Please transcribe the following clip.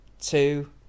two